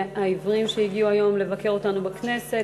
העיוורים שהגיעו היום לבקר אותנו בכנסת.